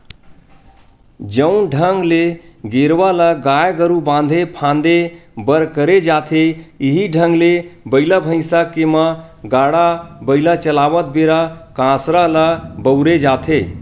जउन ढंग ले गेरवा ल गाय गरु बांधे झांदे बर करे जाथे इहीं ढंग ले बइला भइसा के म गाड़ा बइला चलावत बेरा कांसरा ल बउरे जाथे